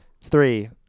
Three